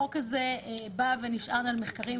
החוק הה נשען על מחקרים,